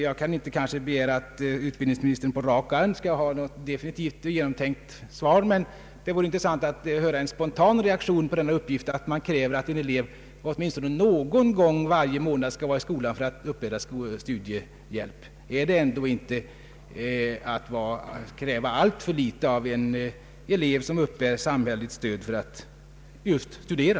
Jag kan inte begära att utbildningsministern på rak arm skall ge ett definitivt och genomtänkt svar. Men det vore intressant att höra en spontan reaktion på denna uppgift att man kräver att en elev åtminstone ”någon gång under varje månad” skall vara i skolan för att få uppbära studiehjälp. Är det ändå inte att kräva alltför litet av en elev som uppbär samhällets stöd för att studera?